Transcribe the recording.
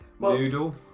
Noodle